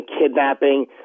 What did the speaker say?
kidnapping